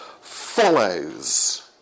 follows